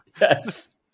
Yes